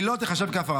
לא תיחשב כהפרה.